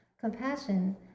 compassion